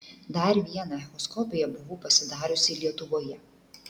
dar vieną echoskopiją buvau pasidariusi lietuvoje